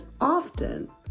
often